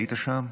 היית שם,